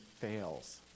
fails